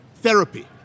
therapy